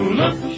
look